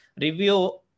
Review